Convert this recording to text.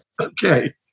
Okay